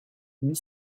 huit